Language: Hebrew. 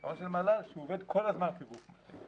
שהוא עובד כל הזמן כגוף מטה.